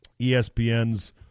ESPN's